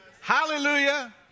Hallelujah